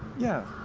yeah,